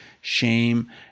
shame